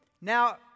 now